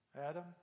Adam